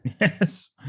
Yes